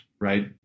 right